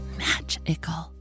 magical